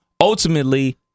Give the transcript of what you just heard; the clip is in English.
ultimately